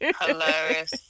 Hilarious